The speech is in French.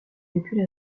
depuis